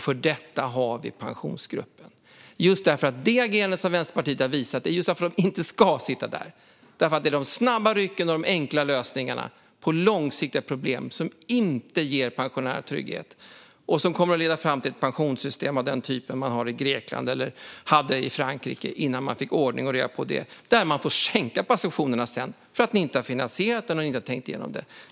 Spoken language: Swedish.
För detta har vi Pensionsgruppen. Vänsterpartiets agerande visar att de inte ska sitta där, för det är just de snabba rycken och de enkla lösningarna på långsiktiga problem som inte ger pensionärer trygghet. Det är det som kommer att leda fram till ett pensionssystem av den typ man har i Grekland eller som man hade i Frankrike innan man fick ordning och reda på det hela. Om man gör så får man sänka pensionerna för att man inte har finansierat dem och inte tänkt igenom detta.